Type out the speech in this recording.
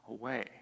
away